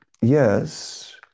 yes